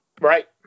Right